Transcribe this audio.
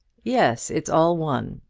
yes it's all one,